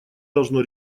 должно